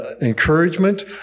encouragement